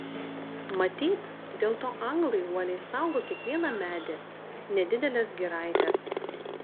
matyt dėl to anglai uoliai saugo kiekvieną medį nedideles giraites